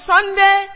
Sunday